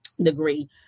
degree